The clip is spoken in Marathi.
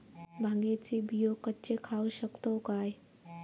भांगे चे बियो कच्चे खाऊ शकताव काय?